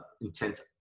intense